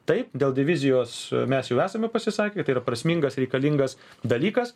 taip dėl divizijos mes jau esame pasisakę tai yra prasmingas reikalingas dalykas